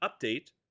update